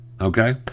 Okay